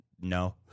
No